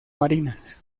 marinas